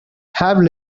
have